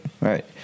Right